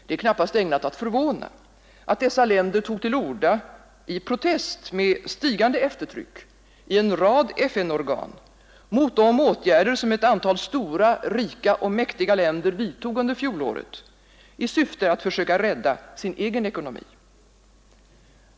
Det är knappast ägnat att förvåna att dessa länder tog till orda i protest, med stigande eftertryck, i en rad FN-organ mot de åtgärder som ett antal stora, rika och mäktiga länder vidtog under fjolåret i syfte att söka rädda sin egen ekonomi.